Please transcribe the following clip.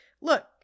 look